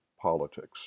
politics